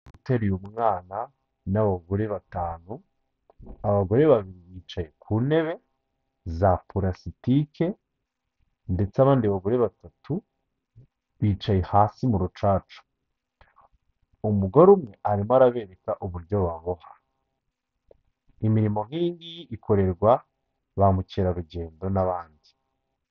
Uteruye umwana n'abagore batanu abagore babiri bicaye ku ntebe za pulasitike ndetse abandi bagore batatu bicaye hasi mu rucaca umugore umwe arimo arabereka uburyo baboha, imirimo nk'iyi ngiyi ikorerwa ba mukerarugendo n'abandi.